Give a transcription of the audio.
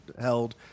held